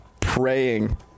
praying